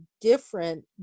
different